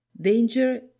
Danger